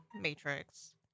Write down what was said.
Matrix